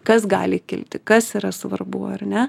kas gali kilti kas yra svarbu ar ne